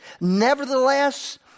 nevertheless